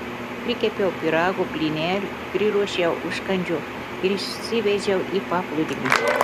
prikepiau pyragų blynelių priruošiau užkandžių ir išsivežiau į paplūdimį